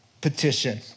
petition